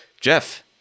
Jeff